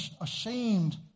ashamed